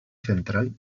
central